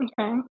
Okay